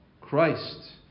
Christ